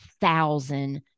thousand